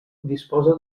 disposa